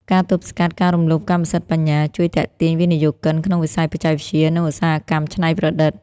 ការទប់ស្កាត់ការរំលោភកម្មសិទ្ធិបញ្ញា ជួយទាក់ទាញវិនិយោគិនក្នុងវិស័យបច្ចេកវិទ្យា និងឧស្សាហកម្មច្នៃប្រឌិត។